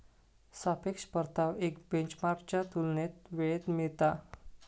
सापेक्ष परतावा एक बेंचमार्कच्या तुलनेत वेळेत मिळता